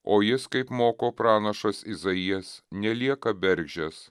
o jis kaip moko pranašas izaijas nelieka bergždžias